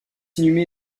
inhumé